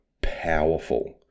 powerful